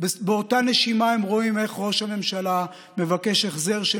באותה נשימה הם רואים איך ראש הממשלה מבקש החזר של